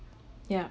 yeah